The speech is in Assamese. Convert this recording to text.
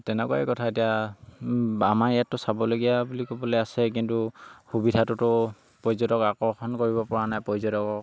তেনেকুৱাই কথা এতিয়া আমাৰ ইয়াততো চাবলগীয়া বুলি ক'বলে আছে কিন্তু সুবিধাটোতো পৰ্যটক আকৰ্ষণ কৰিব পৰা নাই পৰ্যটকক